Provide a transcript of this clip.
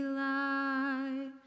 light